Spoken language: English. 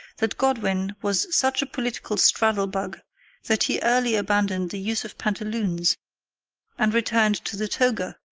that godwin was such a political straddle-bug that he early abandoned the use of pantaloons and returned to the toga,